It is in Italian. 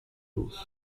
russo